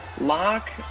lock